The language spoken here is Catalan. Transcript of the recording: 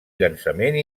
llançament